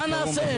מה נעשה?